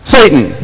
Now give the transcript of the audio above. Satan